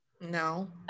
No